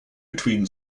between